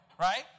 Right